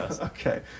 Okay